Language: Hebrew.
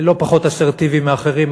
לא פחות אסרטיבי משל אחרים,